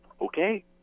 Okay